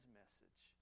message